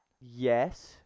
yes